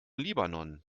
libanon